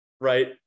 right